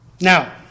Now